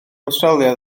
awstralia